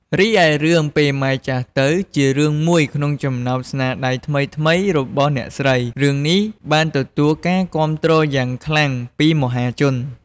រីឯ រឿង ពេលម៉ែចាស់ទៅ ជារឿងមួយក្នុងចំណោមស្នាដៃថ្មីៗរបស់អ្នកស្រី រឿងនេះបានទទួលការគាំទ្រយ៉ាងខ្លាំងពីមហាជន។